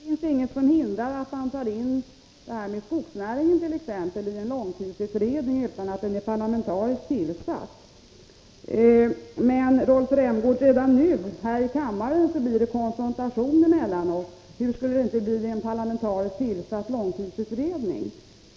Herr talman! Det finns inget som hindrar att man tar upp skogsnäringen i en långtidsutredning utan att denna är parlamentariskt tillsatt. Men, Rolf Rämgård, redan nu här i kammaren blir det konfrontationer mellan oss— hur skulle det inte bli i en parlamentariskt tillsatt långtidsutredning!